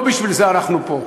לא בשביל זה אנחנו פה.